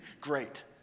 Great